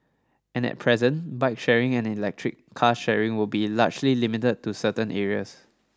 and at present bike sharing and electric car sharing will be largely limited to certain areas